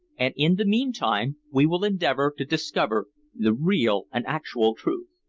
and in the meantime we will endeavor to discover the real and actual truth.